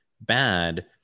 bad